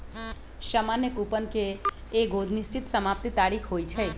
सामान्य कूपन के एगो निश्चित समाप्ति तारिख होइ छइ